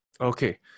Okay